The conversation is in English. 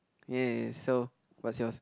ya so what's yours